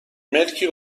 ملکی